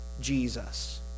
Jesus